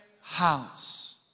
House